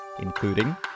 including